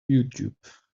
youtube